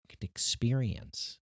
experience